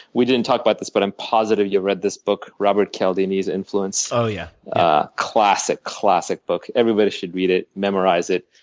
we didn't talk about this but i'm positive you've read this book robert cialdini's influence. ah yeah ah classic, classic book. everybody should read it, memorize it,